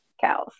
cows